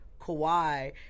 Kawhi